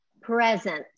Presence